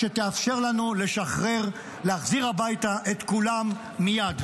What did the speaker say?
שתאפשר לנו לשחרר ולהחזיר הביתה את כולם מייד.